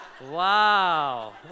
Wow